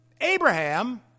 Abraham